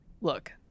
look